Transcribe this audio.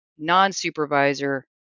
non-supervisor